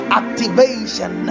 activation